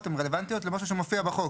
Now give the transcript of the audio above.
הן רלוונטיות למשהו שמופיע בחוק.